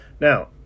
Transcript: now